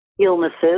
illnesses